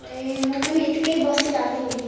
ए म पनि यत्तिकै बसिरहेको नि